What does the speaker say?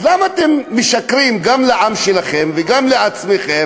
אז למה אתם משקרים גם לעם שלכם וגם לעצמכם,